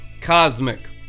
cosmic